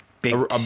Big